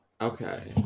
Okay